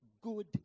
good